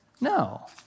No